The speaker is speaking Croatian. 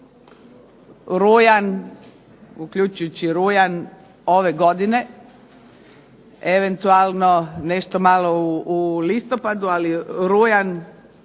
rujan, uključujući rujan ove godine, eventualno nešto malo u listopadu ali rujan